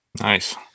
Nice